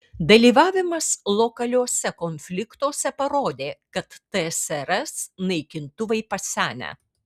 dalyvavimas lokaliuose konfliktuose parodė kad tsrs naikintuvai pasenę